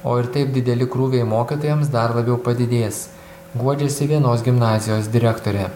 o ir taip dideli krūviai mokytojams dar labiau padidės guodžiasi vienos gimnazijos direktorė